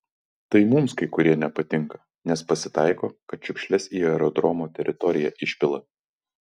tai mums kai kurie nepatinka nes pasitaiko kad šiukšles į aerodromo teritoriją išpila